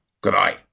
Goodbye